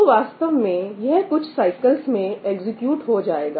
तो वास्तव में यह कुछ साइकिल्स में एग्जीक्यूट हो जाएगा